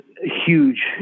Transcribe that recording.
huge